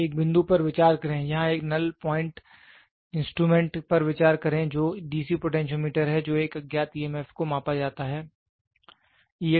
तो एक बिंदु पर विचार करें यहां एक नल पॉइंट इंस्ट्रूमेंट पर विचार करें जो डीसी पोटेंशियोमीटर है जो एक अज्ञात ईएमएफ को मापा जाता है